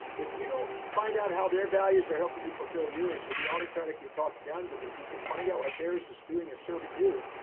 if you don't find out how their values are helping you fulfill yours, you'll be autocratically talking down to them. but if you can find out what theirs is doing is serving you,